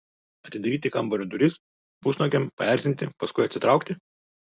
atidaryti kambario duris pusnuogiam paerzinti paskui atsitraukti